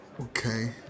Okay